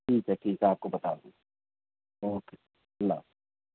ٹھیک ہے ٹھیک ہے آپ کو بتا دوں گا اوکے اللہ حافظ